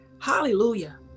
Hallelujah